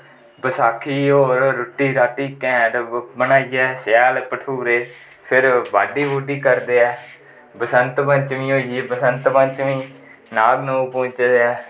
बसाखी गी रोटी राटी कैन्ट बनाइयै शैल पठोरे फिर बाड़ी बुड़ी करदे ऐ बसंत पचमीं बसंतपचमी नाग पुजदे ऐ